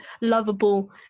lovable